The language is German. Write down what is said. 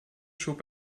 schob